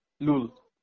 Lul